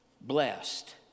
Blessed